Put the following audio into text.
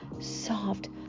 soft